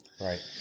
right